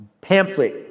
pamphlet